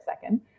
second